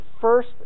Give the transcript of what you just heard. first